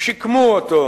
שיקמו אותו,